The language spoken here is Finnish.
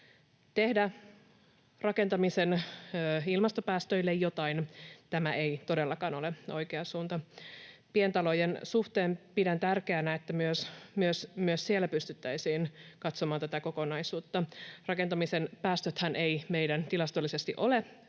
tehdä rakentamisen ilmastopäästöille jotain, tämä ei todellakaan ole oikea suunta. Pientalojen suhteen pidän tärkeänä, että myös siellä pystyttäisiin katsomaan tätä kokonaisuutta. Rakentamisen päästöthän eivät meillä tilastollisesti ole